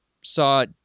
saw